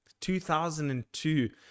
2002